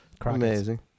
Amazing